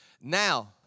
Now